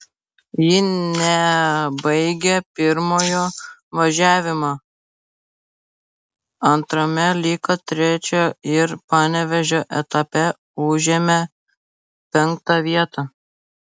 ji nebaigė pirmojo važiavimo antrame liko trečia ir panevėžio etape užėmė penktą vietą